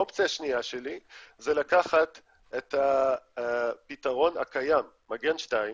האופציה שלי היא לקחת את הפתרון הקיים, מגן 2,